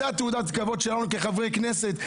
זו תעודת הכבוד שלנו כחברי כנסת,